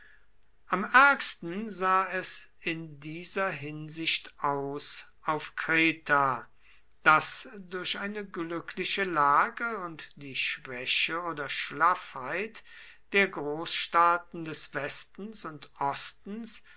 am ärgsten sah es in dieser hinsicht aus auf kreta das durch eine glückliche lage und die schwäche oder schlaffheit der großstaaten des westens und ostens